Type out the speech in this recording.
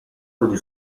degli